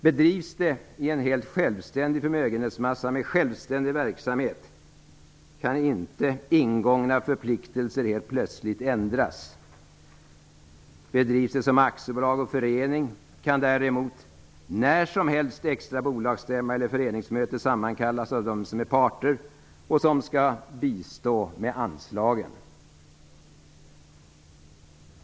Bedrivs det i en helt självständig förmögenhetsmassa med självständig verksamhet, kan inte ingångna förpliktelser helt plötsligt ändras. Bedrivs det som aktiebolag och förening kan däremot när som helst extra bolagsstämma eller föreningsmöte sammankallas av dem som är parter och som skall bistå med anslagen.